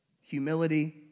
humility